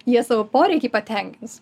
jie savo poreikį patenkins